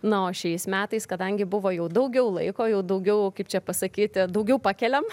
na o šiais metais kadangi buvo jau daugiau laiko jau daugiau kaip čia pasakyti daugiau pakeliam